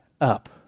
up